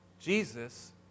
Jesus